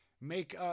Make